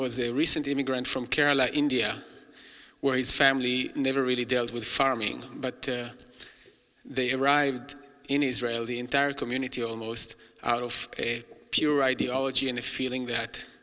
was a recent immigrant from caroline india where his family never really dealt with farming but they arrived in israel the entire community almost out of a pure ideology and a feeling that